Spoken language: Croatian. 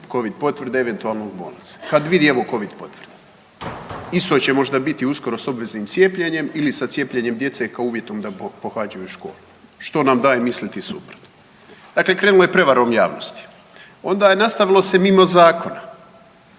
Covid potvrde eventualno u bolnicama, kad vidi evo Covid potvrda. Isto će možda biti uskoro s obveznim cijepljenjem ili sa cijepljenjem djece kao uvjetom da pohađaju školu. Što nam daje misliti suprotno. Dakle, krenulo je prevarom javnosti. Onda je nastavilo se mimo zakona.